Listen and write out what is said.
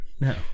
No